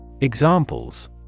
Examples